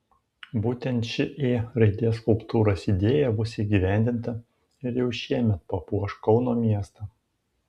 būtent ši ė raidės skulptūros idėja bus įgyvendinta ir jau šiemet papuoš kauno miestą